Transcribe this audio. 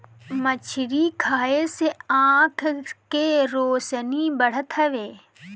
मछरी खाए से आँख के रौशनी बढ़त हवे